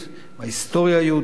מההיסטוריה היהודית,